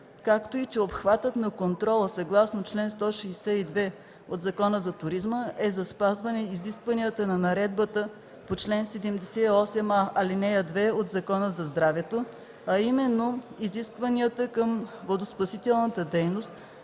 както и че обхватът на контрола, съгласно чл. 162 от Закона за туризма е за спазване изискванията на наредбата по чл. 78а, ал. 2 от Закона за здравето, а именно „изискванията към водноспасителната дейност